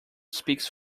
speaks